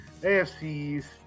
AFC's